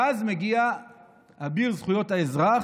ואז מגיע אביר זכויות האזרח,